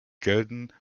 gelten